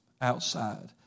outside